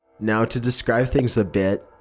now, to describe things a bit,